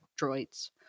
droids